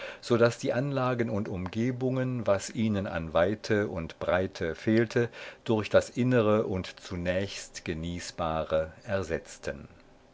daß die anlagen und umgebungen was ihnen an weite und breite fehlte durch das innere und zunächst genießbare ersetzten